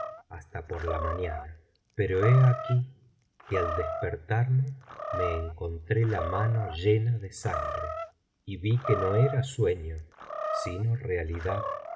hasta por la mañana pero he aquí que al despertarme me encontré la mano llena de sangre y vi que no era sueño sino realidad